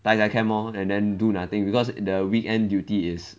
呆在 camp lor and then do nothing because the weekend duty is